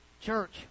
Church